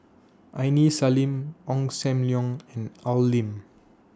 Aini Salim Ong SAM Leong and Al Lim